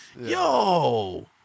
Yo